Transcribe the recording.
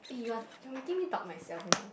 eh you are you are making me doubt myself you know